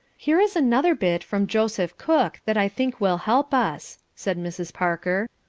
here is another bit from joseph cook that i think will help us, said mrs. parker.